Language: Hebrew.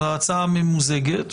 ההצעה הממוזגת.